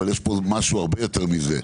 אבל יש פה משהו הרבה יותר מזה.